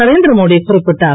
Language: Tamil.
நரேந்திர மோடி குறிப்பிட்டார்